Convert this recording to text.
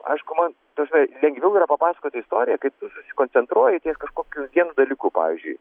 aišku man ta prasme lengviau yra papasakoti istoriją kaip tu susikoncentruoji ties kažkokiu vienu dalyku pavyzdžiui